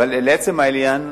לעצם העניין,